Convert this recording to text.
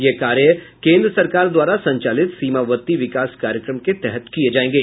ये कार्य कोन्द्र सरकार द्वारा संचालित सीमावर्ती विकास कार्यक्रम के तहत किये जायेंगे